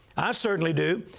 i certainly do.